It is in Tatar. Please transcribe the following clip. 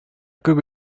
күп